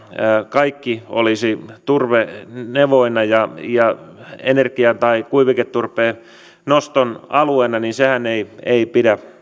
kaikki olisivat turvenevoina ja ja energia tai kuiviketurpeen noston alueina niin sehän ei ei pidä